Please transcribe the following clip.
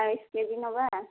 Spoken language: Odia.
ବାଇଶ କେ ଜି ନେବା